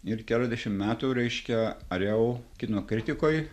ir keliasdešim metų reiškia ariau kino kritikoj